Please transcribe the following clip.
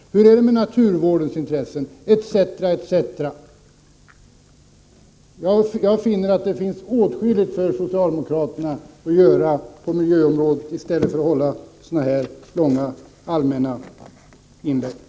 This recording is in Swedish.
Hur är det med naturvårdens intressen, etc. etc.? Jag finner att det finns åtskilligt för socialdemokraterna att göra på miljöområdet i stället för att hålla sådana här långa, allmänna inlägg.